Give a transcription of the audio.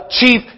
chief